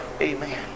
Amen